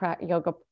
yoga